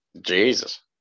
Jesus